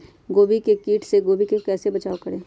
गोभी के किट से गोभी का कैसे बचाव करें?